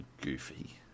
goofy